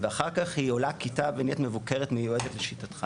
ואחר כך היא עולה כיתה ונהיית מבוקרת מיועדת לשיטתך,